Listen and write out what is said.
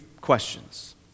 questions